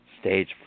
stage